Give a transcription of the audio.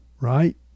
right